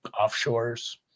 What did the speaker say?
offshores